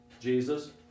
Jesus